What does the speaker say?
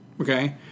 okay